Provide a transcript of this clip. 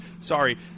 Sorry